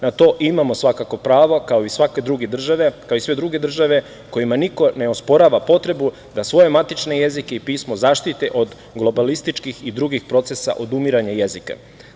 Na to imamo svakako pravo kao i svaka druge države kojima niko ne osporava potrebu da svoje matične jezike i pismo zaštite od globalističkih i drugih procesa odumiranja jezika.